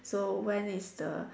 so when is the